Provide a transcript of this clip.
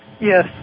Yes